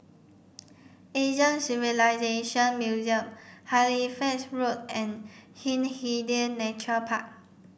Asian Civilisation Museum Halifax Road and Hindhede Nature Park